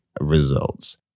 results